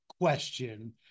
question